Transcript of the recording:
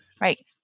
right